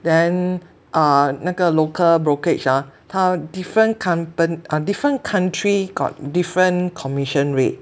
then err 那个 local brokerage ah 他 different coun~ uh different country got different commission rate